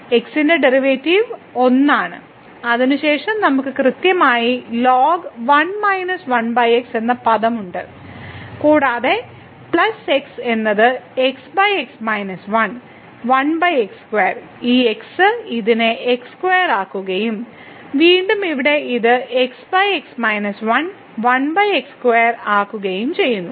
x ന്റെ derivative 1 ആണ് അതിനുശേഷം നമുക്ക് കൃത്യമായി ln 1 1 x എന്ന പദം ഉണ്ട് കൂടാതെ പ്ലസ് x എന്നത് x 1 x2 ഈ x ഇതിനെ x2 ആക്കുകയും വീണ്ടും ഇവിടെ ഇത് x 1x2 ആക്കുകയും ചെയ്യുന്നു